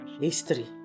history